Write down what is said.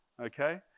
Okay